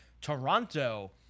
Toronto